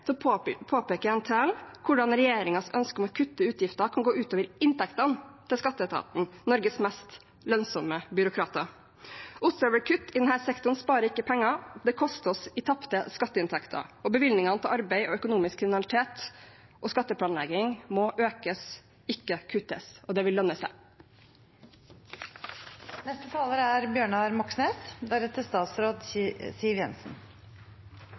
hvordan regjeringens ønske om å kutte i utgifter kan gå ut over inntektene til skatteetaten – Norges mest lønnsomme byråkrater. Ostehøvelkutt i denne sektoren sparer ikke penger. Det koster oss i tapte skatteinntekter, og bevilgningene til arbeid mot økonomisk kriminalitet og skatteplanlegging må økes, ikke kuttes. Det vil lønne